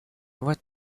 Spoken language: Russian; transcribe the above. вот